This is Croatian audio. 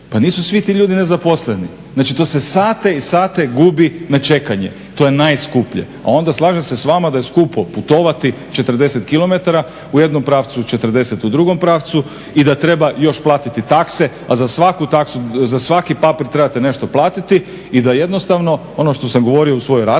pa nisu svi ti ljudi nezaposleni. Znači to se sate i sate gubi na čekanje. To je najskuplje. A onda slažem se s vama da je skupo putovati 40 km u jednom pravcu, 40 u drugom pravcu i da treba još platiti takse, a za svaki papir trebate nešto platiti i da jednostavno ono što sam govorio u svojoj raspravi